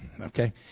okay